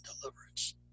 deliverance